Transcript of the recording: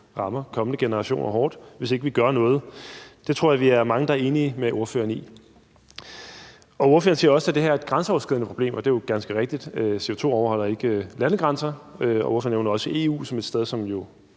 rammer kommende generationer hårdt, hvis ikke vi gør noget. Det tror jeg vi er mange der er enige med ordføreren i. Ordføreren siger også, at det her er et grænseoverskridende problem, og det er jo ganske rigtigt. CO2 overholder ikke landegrænser, og ordføreren nævnte også EU som et sted, som